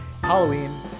Halloween